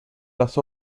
las